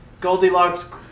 Goldilocks